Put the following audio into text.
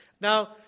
Now